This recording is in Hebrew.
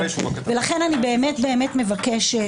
לכן, אני באמת באמת מבקשת.